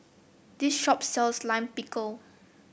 this shop sells Lime Pickle